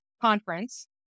conference